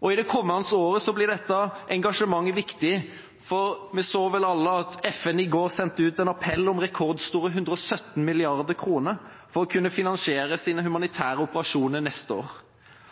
verden. I det kommende året blir dette engasjementet viktig, for vi så vel alle at FN i går sendte ut en appell om rekordstore 117 mrd. kr for å kunne finansiere sine humanitære operasjoner neste år.